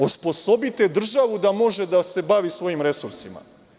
Osposobite državu da može da se bavi svojim resursima.